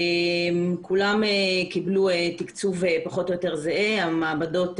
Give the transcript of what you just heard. כולם קבלו תקצוב פחות או יותר זהה, כל